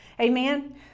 Amen